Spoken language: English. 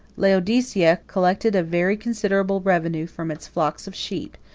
laodicea collected a very considerable revenue from its flocks of sheep,